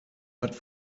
hat